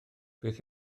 beth